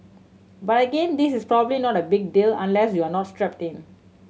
but again this is probably not a big deal unless you are not strapped in